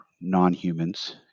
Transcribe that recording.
non-humans